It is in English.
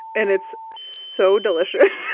and it's so delicious.